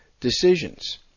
decisions